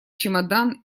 чемодан